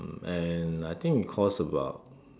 and I think it cost about